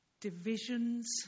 divisions